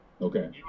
Okay